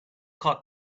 caught